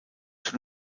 sous